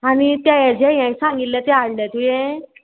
आनी तें हेजें हें सांगिल्लें तें हाडलें तुवें